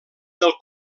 del